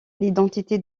l’identité